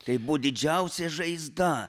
tai buvo didžiausia žaizda